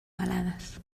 balades